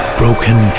broken